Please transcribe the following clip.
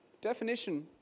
Definition